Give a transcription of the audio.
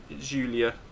julia